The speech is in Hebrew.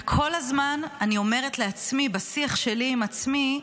וכל הזמן אני אומרת לעצמי, בשיח שלי עם עצמי,